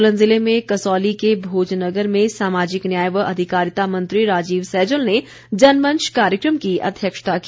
सोलन जिले में कसौली के भोजनगर में सामाजिक न्याय व अधिकारिता मंत्री राजीव सैजल ने जनमंच कार्यक्रम की अध्यक्षता की